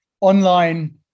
online